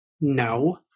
No